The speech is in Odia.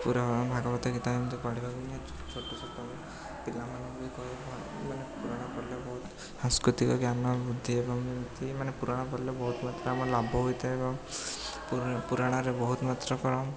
ପୁରା ଭାଗବତ ଗୀତା ଏମିତି ପଢ଼ିବାକୁ ଗଲେ ଛୋଟଛୋଟ ପିଲାମାନଙ୍କୁ ବି କହିବା ମାନେ ପୁରାଣ ପଢ଼ିଲେ ବହୁତ ସାଂସ୍କୃତିକ ଜ୍ଞାନ ବୃଦ୍ଧି ହେବ ଏମିତି ମାନେ ପୁରାଣ ପଢ଼ିଲେ ବହୁତମାତ୍ରାରେ ଆମର ଲାଭ ହୋଇଥାଏ ଏବଂ ପୁର ପୁରାଣରେ ବହୁତମାତ୍ରକର